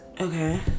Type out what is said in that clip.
okay